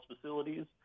facilities